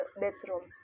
bedroom